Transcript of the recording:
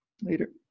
Later